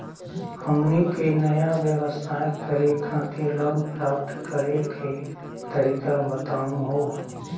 हमनी के नया व्यवसाय करै खातिर लोन प्राप्त करै के तरीका बताहु हो?